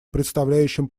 представляющим